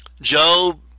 Job